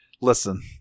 Listen